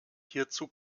hierzu